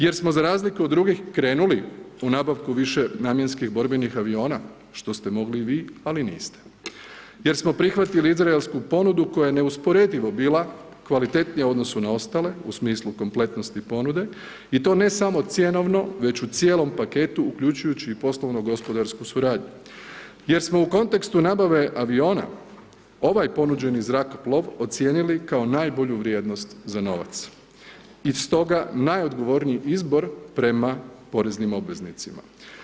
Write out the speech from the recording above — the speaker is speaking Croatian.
Jer smo za razliku od drugih krenuli u nabavku višenamjenskih borbenih aviona, što ste mogli i vi, ali niste, jer smo prihvatili izraelsku ponudu koja je neusporedivo bila kvalitetnija u odnosu na ostale u smislu kompletnosti ponude i to ne samo cjenovno, već u cijelom paketu uključujući i poslovno gospodarsku suradnju, jer smo u kontekstu nabave aviona ovaj ponuđeni zrakoplov ocijenili kao najbolju vrijednost za novac i stoga najodgovorniji izbor prema poreznim obveznicima.